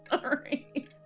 Sorry